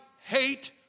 hate